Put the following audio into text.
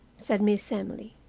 said miss emily.